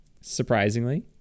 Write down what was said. Surprisingly